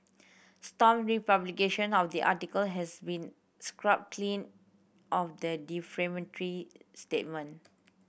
stomp republication of the article has been scrubbed clean of the defamatory statement